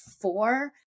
four